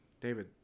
David